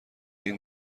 این